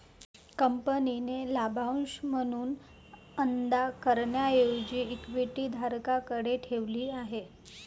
कंपनीने लाभांश म्हणून अदा करण्याऐवजी इक्विटी धारकांकडे ठेवली आहे